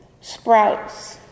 sprouts